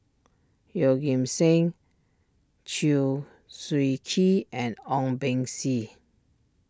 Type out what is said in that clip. Yeoh Ghim Seng Chew Swee Kee and Ong Beng Seng